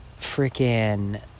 freaking